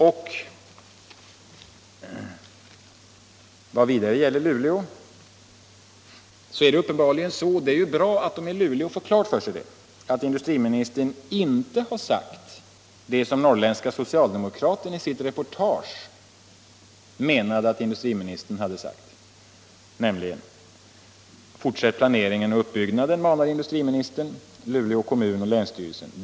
Beträffande Luleå är det vidare uppenbarligen så — och det är bra att man i Luleå får detta klart för sig — att industriministern inte har sagt det som Norrländska Socialdemokraten i sitt reportage menade att industriministern hade yttrat, nämligen följande: ”Fortsätt planeringen och uppbyggnaden manade industriministern Luleå kommun och länsstyrelsen.